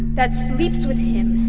that sleeps with him,